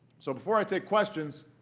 so, before i take questions,